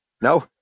No